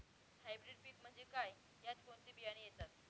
Hybrid पीक म्हणजे काय? यात कोणते बियाणे येतात?